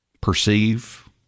perceive